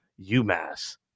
UMass